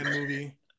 movie